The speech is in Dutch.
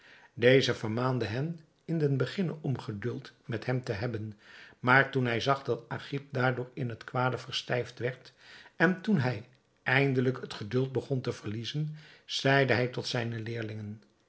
deze vermaande hen in den beginne om geduld met hem te hebben maar toen hij zag dat agib daardoor in het kwade gestijfd werd en toen ook hij eindelijk het geduld begon te verliezen zeide hij tot zijne leerlingen